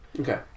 okay